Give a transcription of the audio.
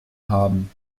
haben